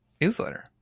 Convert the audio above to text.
newsletter